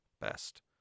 best